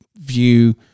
view